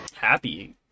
Happy